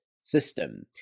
system